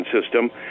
system